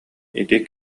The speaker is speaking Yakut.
ити